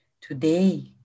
Today